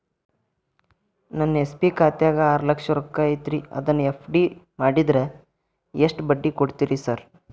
ನನ್ನ ಎಸ್.ಬಿ ಖಾತ್ಯಾಗ ಆರು ಲಕ್ಷ ರೊಕ್ಕ ಐತ್ರಿ ಅದನ್ನ ಎಫ್.ಡಿ ಮಾಡಿದ್ರ ಎಷ್ಟ ಬಡ್ಡಿ ಕೊಡ್ತೇರಿ ಸರ್?